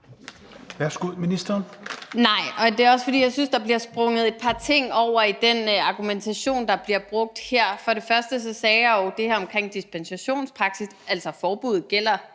Wermelin): Nej, og det er også, fordi jeg synes, at der bliver sprunget et par ting over i den argumentation, der her bliver brugt, bl.a. sagde jeg det her omkring dispensationspraksis, altså det, at forbuddet gælder